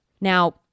Now